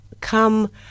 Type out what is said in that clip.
come